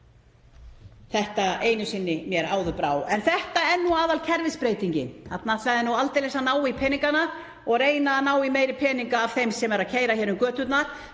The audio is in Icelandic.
lengur. Einu sinni mér áður brá. En þetta er aðalkerfisbreytingin, þarna ætla þeir aldeilis að ná í peningana og reyna að ná í meiri peninga af þeim sem eru að keyra um göturnar.